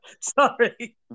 Sorry